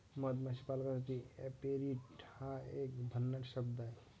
मधमाशी पालकासाठी ऍपेरिट हा एक भन्नाट शब्द आहे